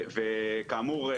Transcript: כאמור,